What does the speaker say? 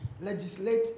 legislate